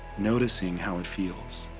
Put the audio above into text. noticing how it feels.